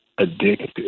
addictive